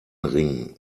ring